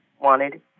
wanted